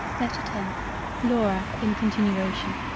letter tenth laura in continuation